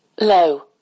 low